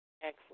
Excellent